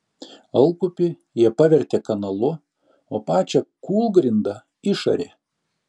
alkupį jie pavertė kanalu o pačią kūlgrindą išarė